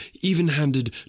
even-handed